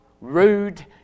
rude